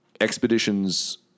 expeditions